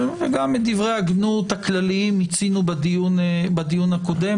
וגם את דברי הגנות הכלליים מיצינו בדיון הקודם.